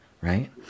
right